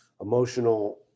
emotional